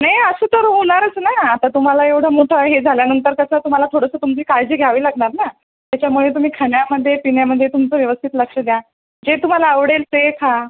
नाही असं तर होणारच ना आता तुम्हाला एवढं मोठं हे झाल्यानंतर कसं तुम्हाला थोडंसं तुमची काळजी घ्यावी लागणार ना त्याच्यामुळे तुम्ही खाण्यामध्ये पिण्यामध्ये तुमचं व्यवस्थित लक्ष द्या जे तुम्हाला आवडेल ते खा